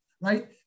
Right